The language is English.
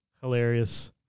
hilarious